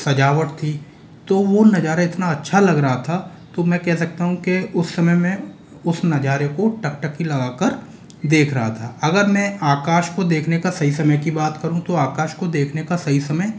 सजावट थी तो वो नज़ारा इतना अच्छा लग रहा था तो मैं कह सकता हूँ के उस समय में उस नज़ारे को टकटकी लगाकर देख रहा था अगर मैं आकाश को देखने का सही समय की बात करूँ तो आकाश को देखने का सही समय